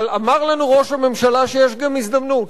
אבל אמר לנו ראש הממשלה שיש גם הזדמנות,